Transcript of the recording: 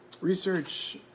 research